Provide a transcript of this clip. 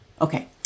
Okay